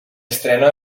estrenó